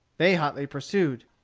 they hotly pursued.